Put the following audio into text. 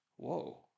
Whoa